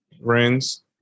rings